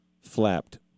flapped